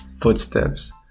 footsteps